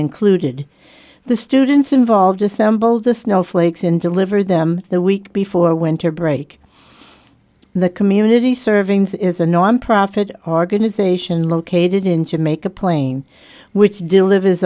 included the students involved assemble the snowflakes in deliver them the week before winter break the community servings is a nonprofit organization located in jamaica plain which delivers